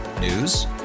News